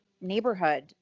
neighborhood